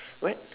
what